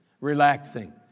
relaxing